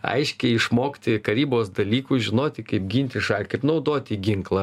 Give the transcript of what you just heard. aiškiai išmokti karybos dalykų žinoti kaip ginti ša kaip naudoti ginklą